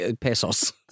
pesos